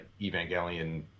Evangelion